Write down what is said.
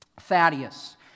Thaddeus